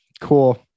Cool